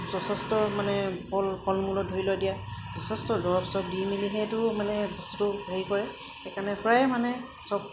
যথেষ্ট মানে ফল ফল মূলত ধৰি ল দিয়া যথেষ্ট দৰৱ দি মেলি সেইটো মানে বস্তুটো হেৰি কৰে সেইকাৰণে প্ৰায় মানে চব